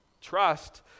trust